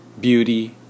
beauty